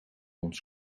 ons